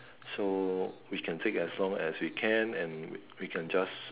so we can take as long as we can and we can just